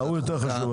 ההוא יותר חשוב,